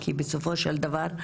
כי בסופו של דבר,